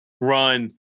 run